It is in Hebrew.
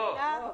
לא.